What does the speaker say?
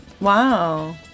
Wow